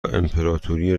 امپراتوری